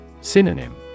Synonym